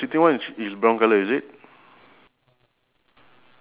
uh you circle in front of the lady